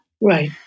Right